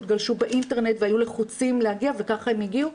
גלשו באינטרנט והיו לחוצים להגיע וכך הם הגיעו,